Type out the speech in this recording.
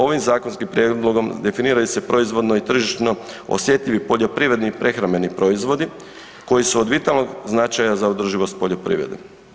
Ovim zakonskim prijedlogom definiraju se proizvodno i tržišno osjetljivi poljoprivredni i prehrambeni proizvodi koji su od vitalnog značaja za održivost poljoprivrede.